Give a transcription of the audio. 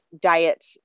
diet